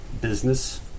business